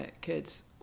kids